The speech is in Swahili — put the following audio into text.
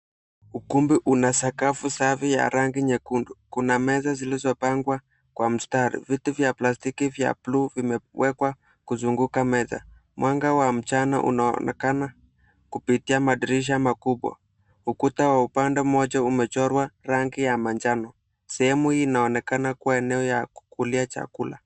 Ukumbi una sakafu safi ya rangi nyekundu, kuna meza zilizopangwa kwa mstari, viti vya plastiki vya bluu vimewekwa kuzunguka meza. Mwanga wa mchana unaonekana kupitia madirisha makubwa, ukuta wa upande mmoja umechorwa rangi ya manjano. Sehemu hii inaonekana kukua eneo ya kukulia chakula.